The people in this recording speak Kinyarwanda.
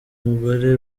mugore